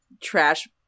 Trash